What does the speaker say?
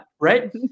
right